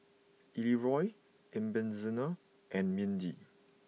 Elroy Ebenezer and Mindi